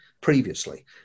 previously